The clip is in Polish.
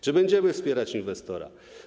Czy będziemy wspierać inwestora?